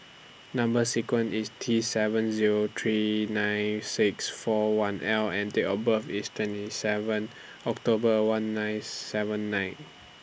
Number sequence IS T seven Zero three nine six four one L and Date of birth IS twenty seven October one nine seven nine